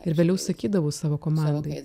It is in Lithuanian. ir vėliau sakydavau savo komandai